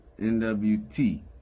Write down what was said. NWT